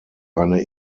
eine